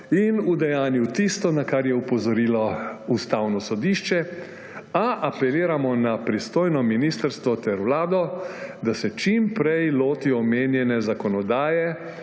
in udejanjil tisto, na kar je opozorilo Ustavno sodišče, a apeliramo na pristojno ministrstvo ter Vlado, da se čim prej loti omenjene zakonodaje